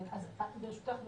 ברשותך גברתי,